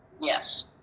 Yes